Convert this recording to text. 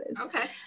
Okay